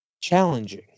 challenging